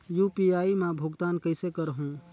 UPI मा भुगतान कइसे करहूं?